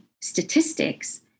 statistics